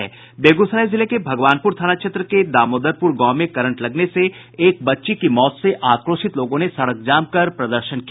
बेगूसराय जिले के भगवानपुर थाना क्षेत्र के दामोदरपुर गांव में करंट लगने से एक बच्ची की हुई मौत से आक्रोशित लोगों ने सड़क जाम कर प्रदर्शन किया